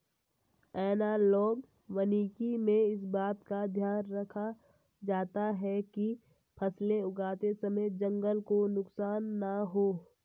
analogue वानिकी में इस बात का ध्यान रखा जाता है कि फसलें उगाते समय जंगल को नुकसान ना हो